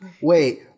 Wait